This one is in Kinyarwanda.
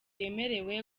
yemerewe